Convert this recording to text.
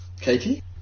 Katie